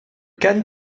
khan